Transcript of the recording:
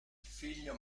figlio